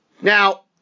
Now